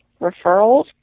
referrals